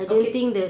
okay